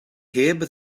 heb